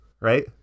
Right